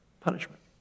punishment